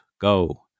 go